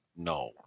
no